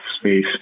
space